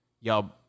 y'all